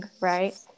right